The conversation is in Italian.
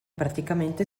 praticamente